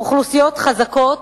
אוכלוסיות חזקות,